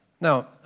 Now